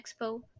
expo